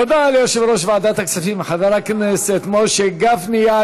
תודה ליושב-ראש ועדת הכספים חבר הכנסת משה גפני.